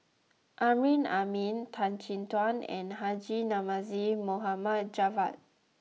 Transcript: Amrin Amin Tan Chin Tuan and Haji Namazie Mohd Javad